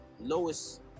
lowest